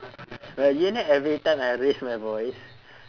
but you know every time I raise my voice